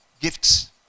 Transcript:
gifts